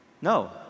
No